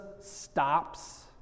stops